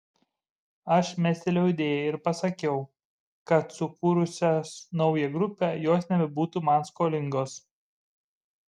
aš mestelėjau idėją ir pasakiau kad sukūrusios naują grupę jos nebebūtų man skolingos